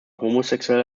homosexuell